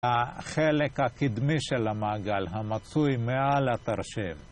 החלק הקדמי של המעגל המצוי מעל התרשים